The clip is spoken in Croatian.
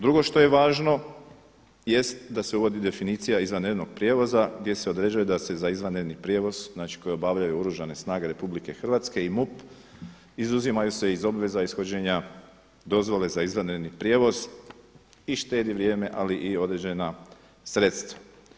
Drugo što je važno, jest da se uvodi definicija izvanrednog prijevoza gdje se određuje da se izvanredni prijevoz koji obavljaju Oružane snage RH i MUP izuzimaju se iz obveza ishođenja dozvole za izvanredni prijevoz i štedi vrijeme, ali i određena sredstva.